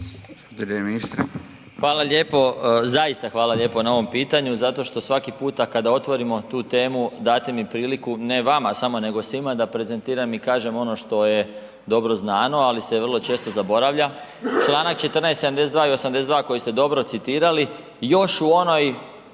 Hvala lijepo, zaista hvala lijepo na ovom pitanju zato što svaki puta kada otvorimo tu temu date mi priliku ne vama samo nego svima da prezentiram i kažem ono što je dobro znano, ali se vrlo često zaboravlja. Članak 14., 72. i 82. koji ste dobro citirali još u onoj